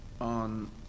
on